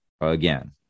Again